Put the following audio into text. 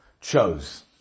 chose